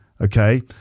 okay